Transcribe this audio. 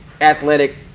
athletic